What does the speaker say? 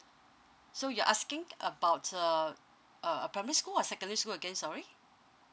so you're asking about uh uh a primary school or secondary school again sorry